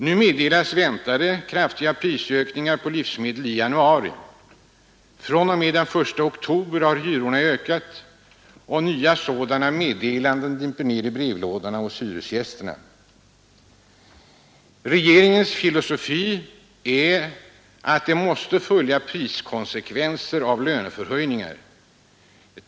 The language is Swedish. Nu meddelas väntade kraftiga prisstegringar på livsmedel i januari. fr.o.m. den 1 oktober har hyrorna ökat — och nya sådana meddelanden dimper ned i brevlådorna hos hyresgästerna. Regeringens filosofi är att det måste följa priskonsekvenser av löneförhöjningar.